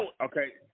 Okay